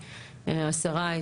השרה,